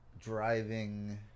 driving